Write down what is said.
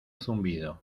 zumbido